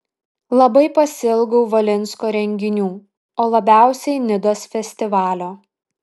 labai pasiilgau valinsko renginių o labiausiai nidos festivalio